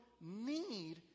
need